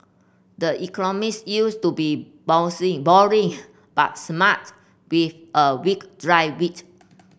the Economist used to be bouncing boring but smart with a wicked dry wit